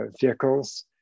vehicles